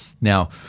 Now